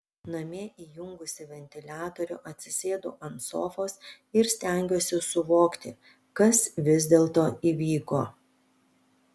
namie įjungusi ventiliatorių atsisėdu ant sofos ir stengiuosi suvokti kas vis dėlto įvyko